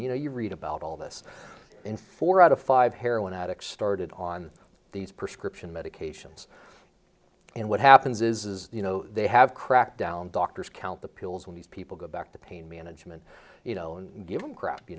you know you read about all this in four out of five heroin addicts started on these prescription medications and what happens is you know they have cracked down doctors count the pills when these people go back to pain management you know and give them crap you